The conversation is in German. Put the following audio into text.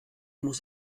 muss